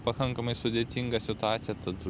pakankamai sudėtinga situacija tad